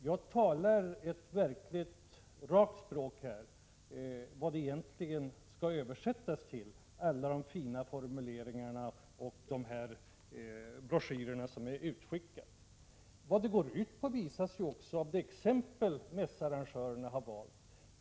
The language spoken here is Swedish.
Jag talar verkligen ett rakt språk här, och översätter vad alla de fina formuleringarna och de broschyrer som skickats ut egentligen står för. Vad det går ut på visar ju också det exempel som mässarrangörerna valt.